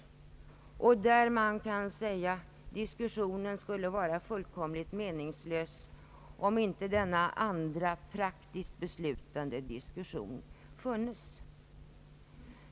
Diskussionen i press, radio och TV skulle vara fullkomligt meningslös om inte denna andra praktiskt beslutande verksamhet funnes.